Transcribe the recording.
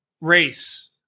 race